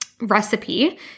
recipe